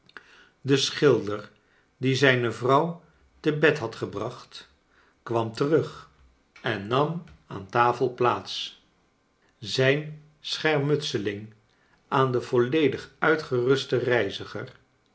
de schilder die zijne vrouw te bed had gebracht kwam terug en nam aan tafel plaats zijn schermutseling met den volledig ultgerusten reiziger